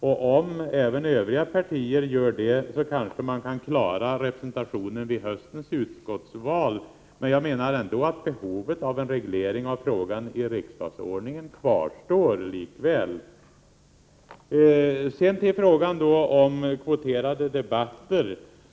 Om även Övriga partier gör det, kanske man kan klara representationen vid höstens utskottsval. Men jag menar att behovet av en reglering av frågan i riksdagsordningen likväl kvarstår. Sedan till frågan om kvoterade debatter.